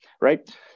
right